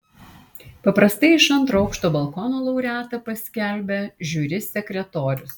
paprastai iš antro aukšto balkono laureatą paskelbia žiuri sekretorius